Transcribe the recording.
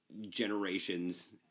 generations